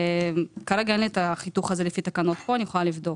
כרגע אין לי את החיתוך, אני יכולה לבדוק.